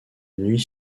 nuit